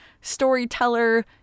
storyteller